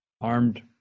armed